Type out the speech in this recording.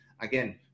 Again